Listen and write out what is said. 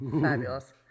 Fabulous